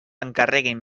encarreguin